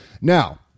Now